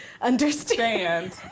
understand